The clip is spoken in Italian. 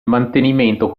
mantenimento